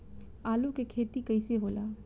आलू के खेती कैसे होला?